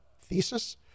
thesis